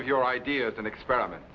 of your ideas an experiment